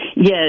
Yes